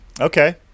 okay